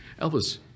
Elvis